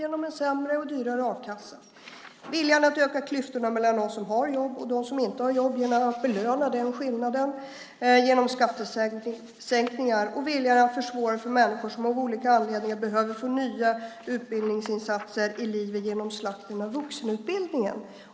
Det handlar om viljan att öka klyftorna mellan dem som har jobb och dem som inte har jobb genom att belöna den skillnaden genom skattesänkningar och viljan att genom slakten på vuxenutbildningen försvåra för människor som av olika anledningar behöver få nya utbildningsinsatser i livet.